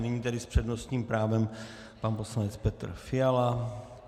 Nyní tedy s přednostním právem pan poslanec Petr Fiala.